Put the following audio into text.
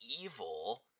evil